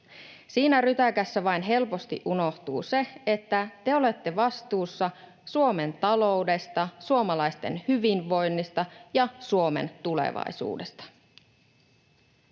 Siinä rytäkässä vain helposti unohtuu se, että te olette vastuussa Suomen taloudesta, suomalaisten hyvinvoinnista ja Suomen tulevaisuudesta.